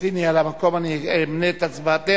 תמתיני על המקום, אני אמנה את הצבעתך.